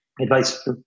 advice